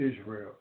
Israel